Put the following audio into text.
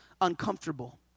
uncomfortable